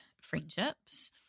friendships